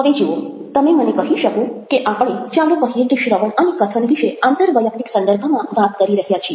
હવે જુઓ તમે મને કહી શકો કે આપણે ચાલો કહીએ કે શ્રવણ અને કથન વિશે આંતરવ્યૈક્તિક સંદર્ભમાં વાત કરી રહ્યા છીએ